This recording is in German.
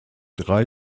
drei